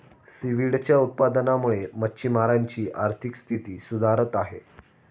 सीव्हीडच्या उत्पादनामुळे मच्छिमारांची आर्थिक स्थिती सुधारत आहे